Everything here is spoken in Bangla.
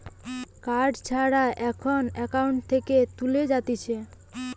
কার্ড ছাড়া এখন একাউন্ট থেকে তুলে যাতিছে